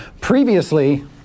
Previously